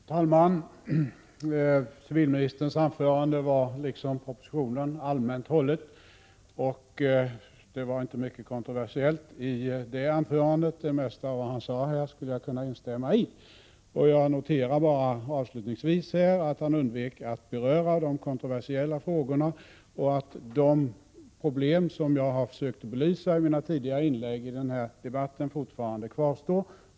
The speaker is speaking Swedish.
Herr talman! Civilministerns anförande var, liksom vad som skrivits i propositionen, allmänt hållet. Det var inte mycket kontroversiellt i det anförandet, och det mesta skulle jag kunna instämma i. Jag noterar bara avslutningsvis att civilministern undvek att beröra de kontroversiella frågorna och att de problem som jag har försökt belysa i mina tidigare inlägg i den här debatten fortfarande kvarstår.